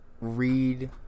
read